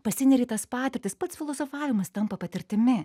pasineri į tas patirtis pats filosofavimas tampa patirtimi